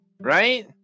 right